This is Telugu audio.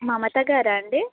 మమతా గారా అండి